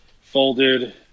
folded